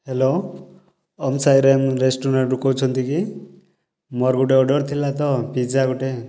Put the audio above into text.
hello Om Sai Ram ରେଷ୍ଟୁରେଣ୍ଟ୍ରୁ କହୁଛନ୍ତି କି ମୋର ଗୋଟେ ଅର୍ଡ଼ର୍ ଥିଲା ତ ପିଜା ଗୋଟେ